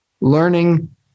learning